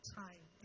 time